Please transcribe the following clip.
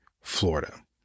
Florida